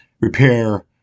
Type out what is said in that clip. repair